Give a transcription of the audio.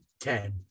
Ten